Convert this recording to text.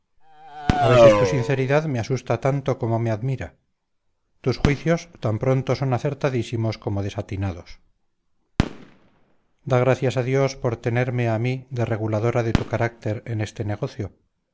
a veces tu sinceridad me asusta tanto como me admira tus juicios tan pronto son acertadísimos como desatinados da gracias a dios por tenerme a mí de reguladora de tu carácter en este negocio